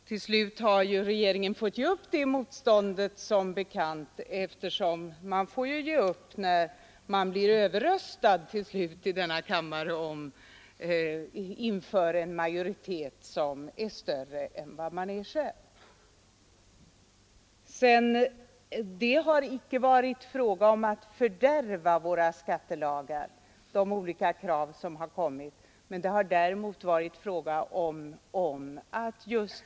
Regeringen har som bekant slutligen fått ge upp det motståndet, eftersom man ju måste ge upp när man i denna kammare blir överröstad av en majoritet.